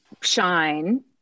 shine